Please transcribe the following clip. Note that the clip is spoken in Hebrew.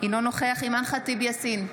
יאסר חוג'יראת, אינו נוכח אימאן ח'טיב יאסין,